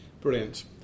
Brilliant